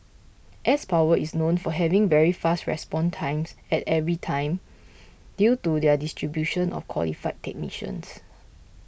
s Power is known for having very fast response times at every time due to their distribution of qualified technicians